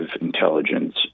intelligence